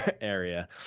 area